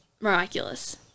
miraculous